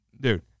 Dude